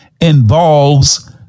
involves